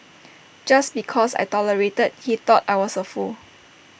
just because I tolerated he thought I was A fool